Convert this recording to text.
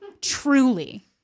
Truly